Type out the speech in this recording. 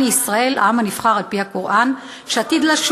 בערבית: בני אסראאיל,